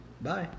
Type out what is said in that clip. Bye